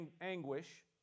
anguish